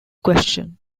question